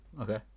Okay